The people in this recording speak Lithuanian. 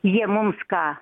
jie mums ką